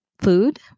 food